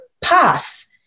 pass